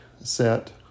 set